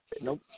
nope